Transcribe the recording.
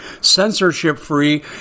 censorship-free